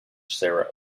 sarah